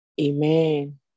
amen